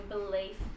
belief